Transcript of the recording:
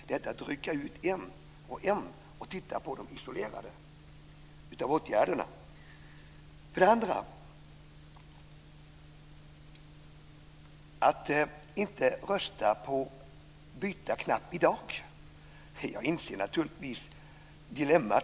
Det går inte att rycka ut åtgärderna en och en och titta på dem isolerade. När det sedan gäller detta med att inte kunna byta röstningsknapp i dag inser jag naturligtvis ert dilemma.